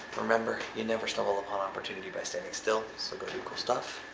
remember, you never stumble upon opportunity by standing still so go do cool stuff.